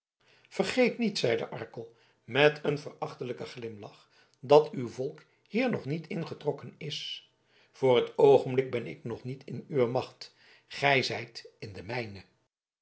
vergeet niet zeide arkel met een verachtelijken glimlach dat uw volk hier nog niet ingetrokken is voor t oogenblik ben ik nog niet in uwe macht gij zijt in de mijne